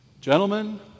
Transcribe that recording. Gentlemen